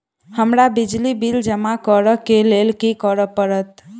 हमरा बिजली बिल जमा करऽ केँ लेल की करऽ पड़त?